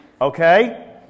okay